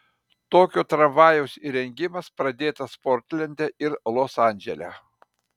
tokio tramvajaus įrengimas pradėtas portlende ir los andžele